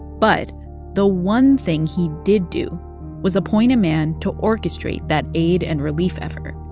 but the one thing he did do was appoint a man to orchestrate that aid and relief effort,